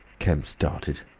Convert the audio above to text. kemp started.